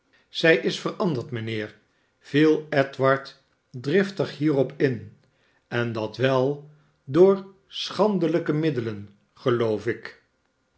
zij is veranderd mijnheer viel edward driftig hierop in en dat wel door schandelijke middelen geloof ik